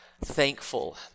thankful